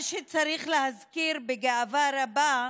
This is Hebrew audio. מה שצריך להזכיר בגאווה רבה,